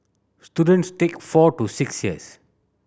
students take four to six years